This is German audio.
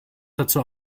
dazu